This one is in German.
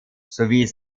sowie